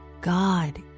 God